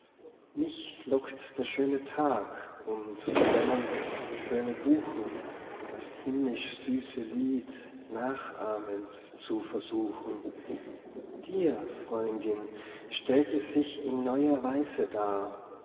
mich lockt der schöne tag und dämmernd schöne buchen das himmlisch süße lied nachahmend zu versuchen dir freundin stellt es sich in neuer weise dar